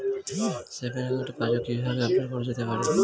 Savings একাউন্টের passbook কি কিভাবে আপডেট করা যেতে পারে?